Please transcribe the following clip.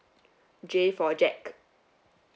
j for jack